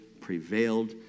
prevailed